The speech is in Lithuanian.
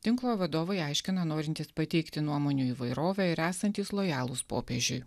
tinklo vadovai aiškina norintys pateikti nuomonių įvairovę ir esantys lojalūs popiežiui